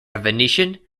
venetian